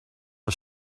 are